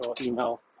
email